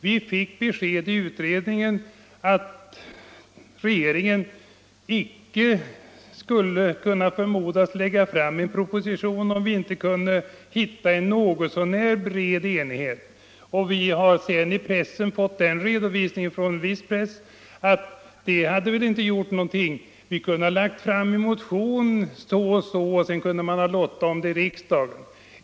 Vi fick nämligen besked i utredningen om att regeringen icke skulle kunna förmodas lägga fram en proposition, om vi inte kunde nå en något så när bred enighet. Sedan har vi av viss press fått veta att detta väl inte hade gjort någonting. Vi kunde ju ha lagt fram en motion, och sedan kunde man ha lottat i riksdagen.